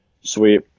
Sweet